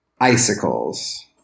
icicles